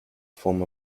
form